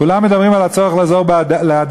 כולם מדברים על הצורך לעזור ל"הדסה",